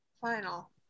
final